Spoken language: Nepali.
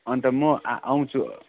अन्त म आ आउँछु